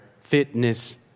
fitness